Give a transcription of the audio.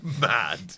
mad